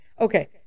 Okay